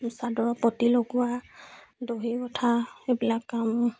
চাদৰৰ পতি লগোৱা দহি গঠা সেইবিলাক কাম